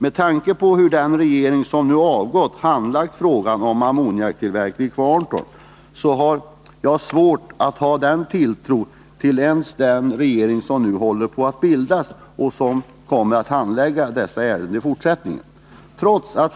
Med tanke på hur den regering som nu avgått har handlagt frågan om ammoniaktillverkning i Kvarntorp har jag svårt att hysa tilltro till ens den regering som nu håller på att bildas och som kommer att handlägga dessa ärenden i fortsättningen.